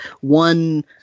one